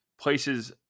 places